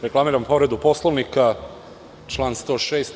Reklamiram povredu Poslovnika član 106.